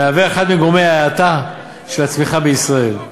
מהווה אחד מגורמי ההאטה של הצמיחה בישראל.